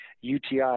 UTI